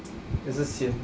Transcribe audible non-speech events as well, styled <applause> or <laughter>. <noise> 也是 sian